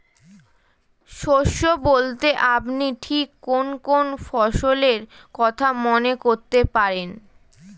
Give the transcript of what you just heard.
শস্য বলতে আপনি ঠিক কোন কোন ফসলের কথা মনে করতে পারেন?